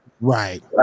Right